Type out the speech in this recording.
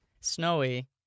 Snowy